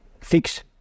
fix